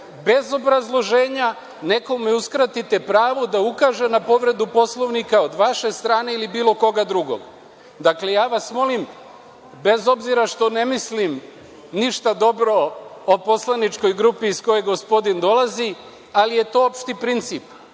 bez obrazloženja nekome uskratite pravo da ukaže na povredu Poslovnika od vaše strane ili bilo koga drugog. Dakle, molim vas, bez obzira što ne mislim ništa dobro o poslaničkoj grupi iz koje gospodin dolazi, ali je to opšti princip.